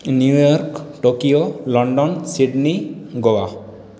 new York Tokyo London Sydney Goa